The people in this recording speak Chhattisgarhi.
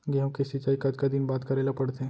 गेहूँ के सिंचाई कतका दिन बाद करे ला पड़थे?